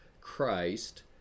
Christ